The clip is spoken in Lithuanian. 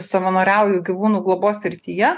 savanoriauju gyvūnų globos srityje